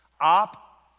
op